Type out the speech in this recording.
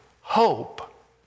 hope